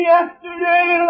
Yesterday